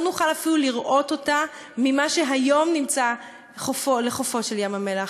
לא נוכל אפילו לראות אותה ממה שהיום נמצא לחופו של ים-המלח.